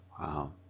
Wow